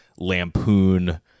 Lampoon